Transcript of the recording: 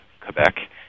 Quebec